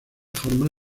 forma